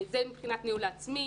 זה מבחינת הניהול העצמי.